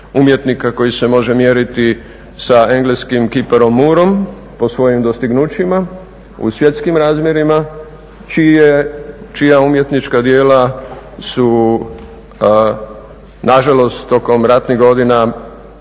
umjetnika koji se može mjeriti sa engleskim kiparom Mooreom po svojim dostignućima u svjetskim razmjerima čija umjetnička djela su nažalost tokom ratnih godina